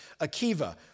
Akiva